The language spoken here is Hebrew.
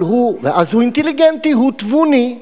אז הוא אינטליגנטי, הוא תבוני.